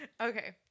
okay